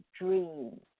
dream